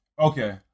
Okay